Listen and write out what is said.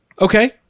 Okay